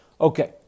Okay